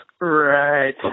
Right